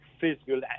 physical